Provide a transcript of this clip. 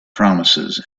promises